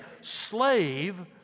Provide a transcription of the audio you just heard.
slave